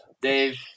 Dave